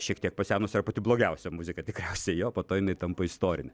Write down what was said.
šiek tiek pasenusi ar pati blogiausia muzika tikriausiai jo po to jinai tampa istorine